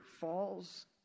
falls